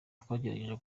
twagerageje